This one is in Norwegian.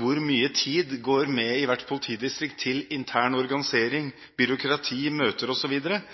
hvor mye tid som går med i hvert politidistrikt til intern organisering, byråkrati, møter